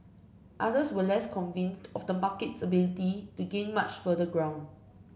others were less convinced of the market's ability to gain much further ground